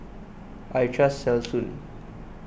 I trust Selsun